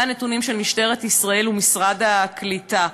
אלה הנתונים של משטרת ישראל ומשרד הקליטה,